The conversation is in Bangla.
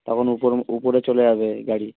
তখন উপরে উপরে চলে যাবে গাড়ি